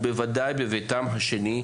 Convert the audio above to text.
ובוודאי שבביתם השני,